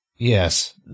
Yes